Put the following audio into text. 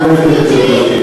שלי.